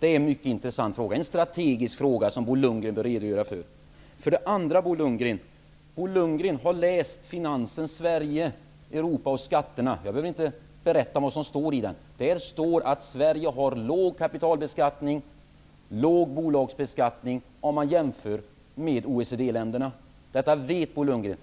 Detta är en intressant strategisk fråga som Bo Lundgren borde redogöra för. Bo Lundgren har också läst Finansdepartementets rapport, Sverige, Europa och skatterna. Jag behöver inte redogöra för innehållet. Där står att Sverige vid en jämförelse med OECD-länderna har låg kapitalbeskattning och låg bolagsbeskattning. Detta vet Bo Lundgren.